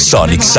Sonic